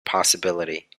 possibility